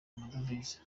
amadovize